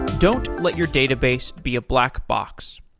don't let your database be a black box.